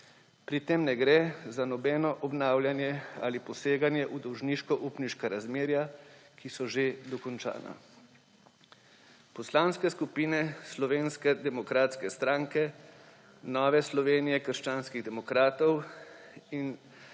Pri tem ne gre za nobeno obnavljanje ali poseganje v dolžniško-upniška razmerja, ki so že dokončana. Poslanske skupine Slovenske demokratske stranke, Nova Slovenija – krščanski demokrati in